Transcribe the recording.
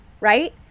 right